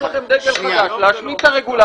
יש לכם דגל חדש להשמיד את הרגולציה.